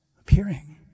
appearing